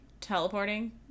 teleporting